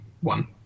one